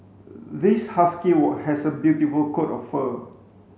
this husky has a beautiful coat of fur